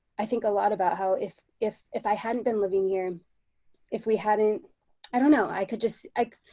i think a lot about how if if if i hadn't been living here if we hadn't i don't know i could just like,